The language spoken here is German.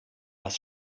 was